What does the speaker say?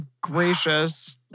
Gracious